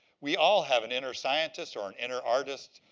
we all have an inner scientist or an inner artist,